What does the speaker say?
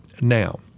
Now